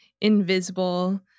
invisible